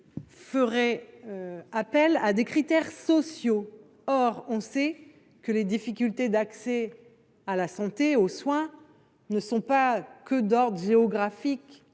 fait appel à des critères sociaux. Or on sait que les difficultés d’accès aux soins ne sont pas seulement d’ordre géographique,